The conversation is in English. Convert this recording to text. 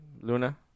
Luna